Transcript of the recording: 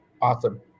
Awesome